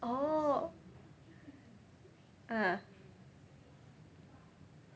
oh ah